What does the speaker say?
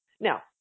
Now